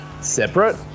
separate